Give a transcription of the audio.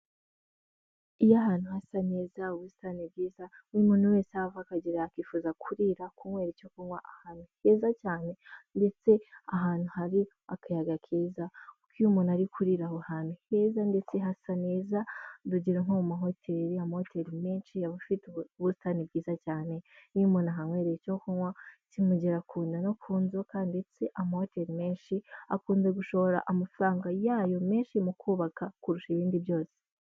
Iyo ahantu hasa neza ubusitani bwiza buri muntu wese aho ava akagera yifuza kurira kunywe icyo kunywa ahantu heza cyane ndetse ahantu hari akayaga keza, kuko iyo umuntu ari kurira aho hantu heza ndetse hasa neza, urugero nko mu mahoteli, amamoteri menshi aba afite ubusitani bwiza cyane, iyo umuntu ahankwereye icyo kunywa kimugera kunda no ku nzoka ndetse amahoteri menshi akunze gushora amafaranga yayo menshi mu kubaka kurusha ibindi byose.